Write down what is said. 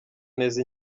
neza